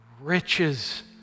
riches